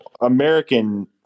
American